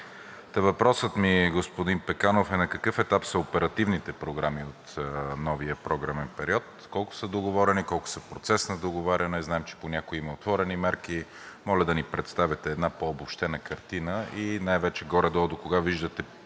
Въпросът ми, господин Пеканов, е: на какъв етап са оперативните програми от новия програмен период – колко са договорени, колко са в процес на договаряне, знаем, че по някои има отворени мерки? Моля да ни представите една по-обобщена картина и най-вече горе-долу докога виждате